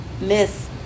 miss